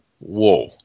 Whoa